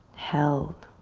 held,